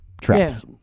traps